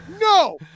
No